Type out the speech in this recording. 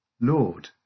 Lord